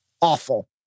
awful